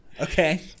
Okay